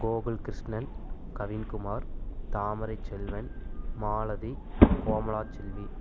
Gokulkrishnan Kavinkumar Thamaraiselvan Malathi Komalachelvi